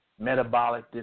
metabolic